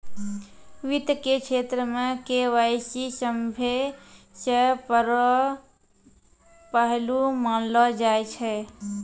वित्त के क्षेत्र मे के.वाई.सी सभ्भे से बड़ो पहलू मानलो जाय छै